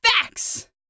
facts